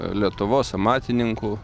lietuvos amatininkų